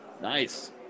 nice